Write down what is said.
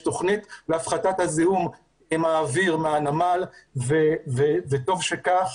יש תוכנית להפחתת זיהום האוויר מהנמל וטוב שכך.